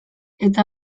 eta